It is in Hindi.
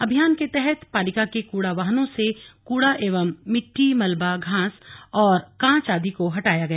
अभियान के तहत पालिका के कूडा वाहनों से कूड़ा एवं मिटटी मलबा घास और कांच आदि को हटाया गया